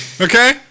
Okay